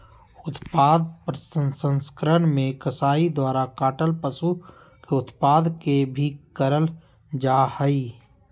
उत्पाद प्रसंस्करण मे कसाई द्वारा काटल पशु के उत्पाद के भी करल जा हई